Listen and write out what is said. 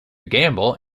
gamble